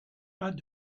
pas